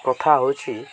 କଥା ହେଉଛି